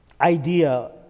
idea